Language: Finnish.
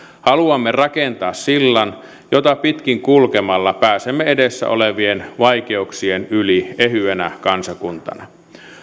haluamme rakentaa sillan jota pitkin kulkemalla pääsemme edessä olevien vaikeuksien yli ehyenä kansakuntana